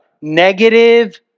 Negative